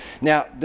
Now